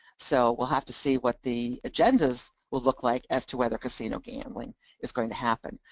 so we'll have to see what the agendas would look like as to whether casino gambling is going to happen.